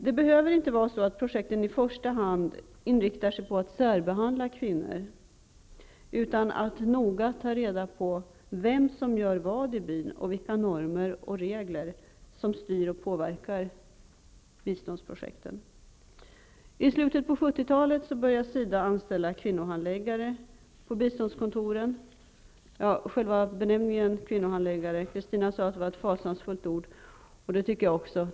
Det behöver inte vara så att projekten i första hand inriktas på att särbehandla kvinnor, utan det gäller att noga ta reda på vem som gör vad i byn, och vilka normer och regler som styr och påverkar biståndsprojekten. I slutet av 70-talet började SIDA anställa kvinnohandläggare på biståndskontoren. När det gäller själva benämningen kvinnohandläggare sade Kristina Svensson att det var ett fasansfullt ord, och det tycker jag också.